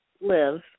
live